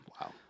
Wow